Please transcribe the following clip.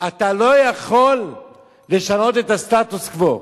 אתה לא יכול לשנות את הסטטוס-קוו.